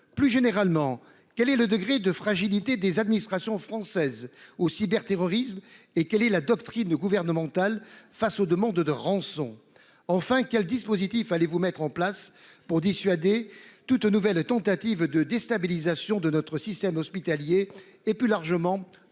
Plus généralement, quel est le degré de fragilité des administrations françaises au cyberterrorisme. Et quelle est la doctrine gouvernementale face aux demandes de rançon. Enfin quel dispositif allez vous mettre en place pour dissuader toute nouvelle tentative de déstabilisation de notre système hospitalier et plus largement